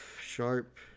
sharp